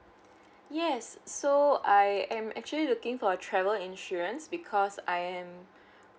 yes so I am actually looking for travel insurance because I am